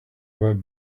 about